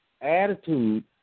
Attitude